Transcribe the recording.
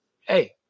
Hey